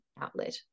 outlet